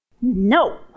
No